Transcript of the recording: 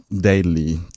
daily